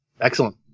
Excellent